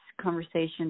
conversation